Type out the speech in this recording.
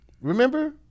Remember